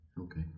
okay